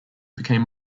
became